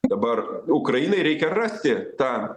dabar ukrainai reikia rasti tą